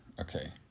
Okay